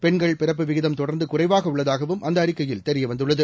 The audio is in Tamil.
பெண்கள் பிறப்பு விகிதம் தொடர்ந்து குறைவாக உள்ளதாகவும் அந்த அறிக்கையில் தெரிய வந்துள்ளது